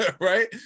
Right